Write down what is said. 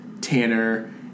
Tanner